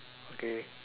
okay